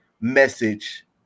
message